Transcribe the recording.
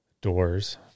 doors